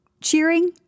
cheering